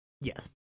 Yes